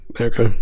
Okay